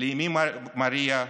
לאימי מריה,